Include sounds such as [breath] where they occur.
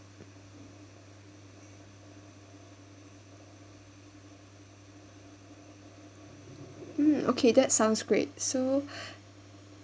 mm okay that sounds great so [breath]